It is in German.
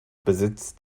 besitzt